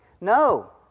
No